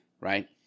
right